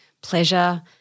pleasure